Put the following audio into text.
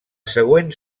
següent